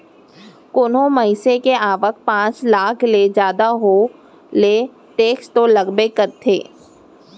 कोनो मनसे के आवक पॉच लाख ले जादा हो ले टेक्स तो लगबे करथे